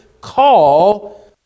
call